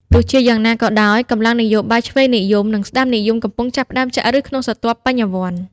ទោះជាយ៉ាងណាក៏ដោយ កម្លាំងនយោបាយឆ្វេងនិយម និងស្តាំនិយមកំពុងចាប់ផ្តើមចាក់ឫសក្នុងស្រទាប់បញ្ញវន្ត។